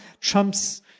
Trump's